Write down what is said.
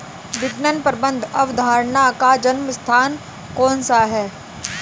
विपणन प्रबंध अवधारणा का जन्म स्थान कौन सा है?